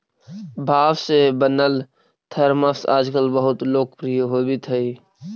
बाँस से बनल थरमस आजकल बहुत लोकप्रिय होवित हई